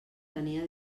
tenia